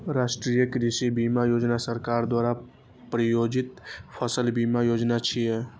राष्ट्रीय कृषि बीमा योजना सरकार द्वारा प्रायोजित फसल बीमा योजना छियै